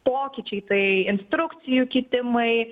pokyčiai tai instrukcijų kitimai